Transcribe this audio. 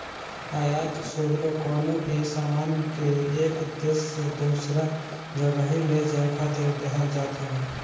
आयात शुल्क कवनो भी सामान के एक देस से दूसरा जगही ले जाए खातिर देहल जात हवे